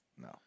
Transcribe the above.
No